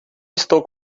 estou